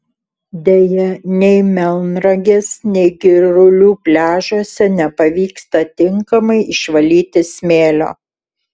deja nei melnragės nei girulių pliažuose nepavyksta tinkamai išvalyti smėlio